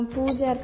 Pooja